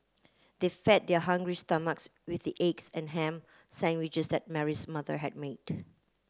they fed their hungry stomachs with the eggs and ham sandwiches that Mary's mother had made